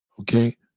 Okay